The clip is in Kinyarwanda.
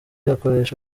akoresha